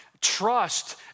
trust